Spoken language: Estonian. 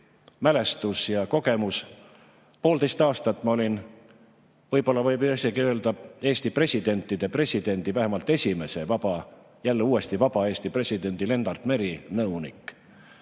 mälestus ja kogemus. Poolteist aastat ma olin, võib isegi öelda, Eesti presidentide presidendi, vähemalt esimese jälle uuesti vaba Eesti presidendi Lennart Meri nõunik.